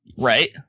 Right